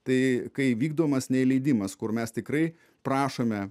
tai kai įvykdomas neįleidimas kur mes tikrai prašome